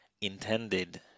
intended